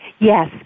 Yes